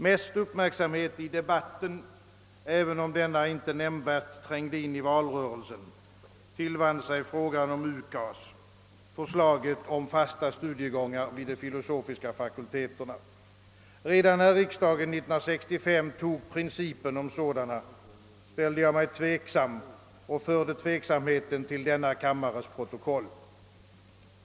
Den största uppmärksamheten i debatten även om denna inte nämnvärt trängde in i valrörelsen — tillvann sig frågan om UKAS, d.v.s. förslaget om fasta studiegångar vid de filosofiska fakulteterna. Redan när riksdagen 1965 antog principerna härför, ställde jag mig tveksam och förde denna tveksamhet till denna kammares protokoll.